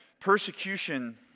persecution